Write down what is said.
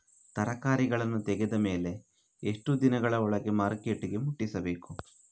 ತರಕಾರಿಗಳನ್ನು ತೆಗೆದ ಮೇಲೆ ಎಷ್ಟು ದಿನಗಳ ಒಳಗೆ ಮಾರ್ಕೆಟಿಗೆ ಮುಟ್ಟಿಸಬೇಕು?